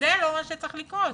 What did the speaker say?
שזה לא מה שצריך לקרות.